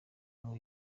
ngo